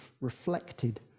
reflected